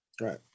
Right